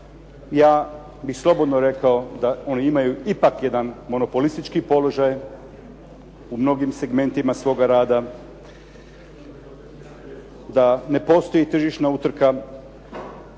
Ja bih slobodno rekao da one imaju ipak jedan monopolistički položaj u mnogim segmentima svoga rada, da ne postoji tržišna utrka.